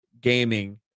gaming